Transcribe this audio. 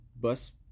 bus